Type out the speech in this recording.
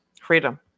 freedom